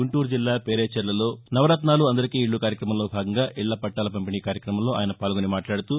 గుంటూరు జిల్లా పేరేచెర్లలో నవరత్నాలు అందరికీ ఇఖ్ల కార్యక్రమంలో భాగంగా ఇళ్ల పట్టాల పంపిణీ కార్యక్రమంలో ఆయన పాల్గొని మాట్లాడుతూ